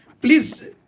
please